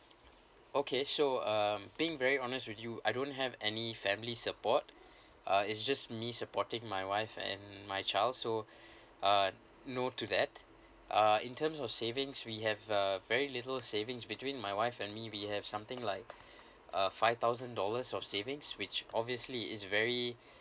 okay sure um being very honest with you I don't have any family support uh it's just me supporting my wife and my child so uh no to that uh in terms of savings we have uh very little savings between my wife and me we have something like uh five thousand dollars of savings which obviously is very